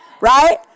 right